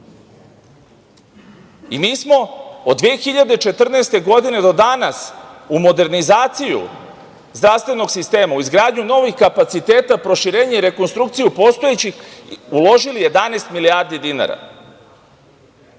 smo od 2014. godine, do danas u modernizaciju zdravstvenog sistema u izgradnju novih kapaciteta proširenje i rekonstrukciju postojećih uložili 11 milijardi dinara.li,